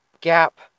Gap